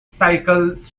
cycles